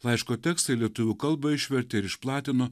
laiško tekstą į lietuvių kalbą išvertė ir išplatino